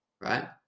right